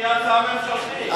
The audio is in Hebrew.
תגיע הצעה ממשלתית.